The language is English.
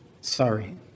sorry